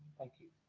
thank you.